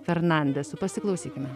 fernandesu pasiklausykime